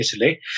Italy